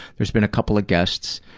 there's been a couple of guests